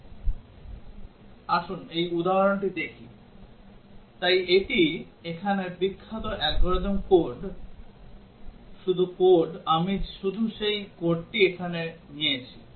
আসুন এই উদাহরণটি দেখি তাই এটি এখানে বিখ্যাত অ্যালগরিদম শুধু কোড আমি শুধু সেই কোডটি এখানে নিয়েছি